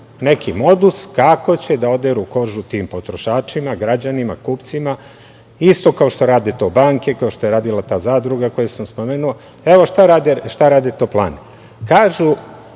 neki modus kako će da oderu kožu tim potrošačima, građanima, kupcima isto kao što to rade banke, kao što je radila ta zadruga koju sam spomenuo. Evo, šta rade toplane. Kažu,